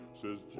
says